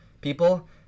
people